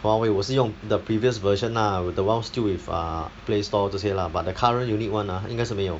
Huawei 我是用 the previous version lah with the one still with err play store 这些 lah but the current unit [one] ah 应该是没有